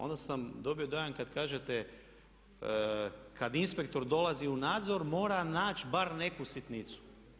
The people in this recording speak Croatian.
Onda sam dobio dojam kad kažete, kad inspektor dolazi u nadzor mora naći bar neku sitnicu.